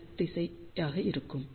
L திசையாக இருக்கும்